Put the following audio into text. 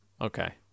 Okay